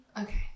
Okay